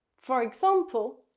for example,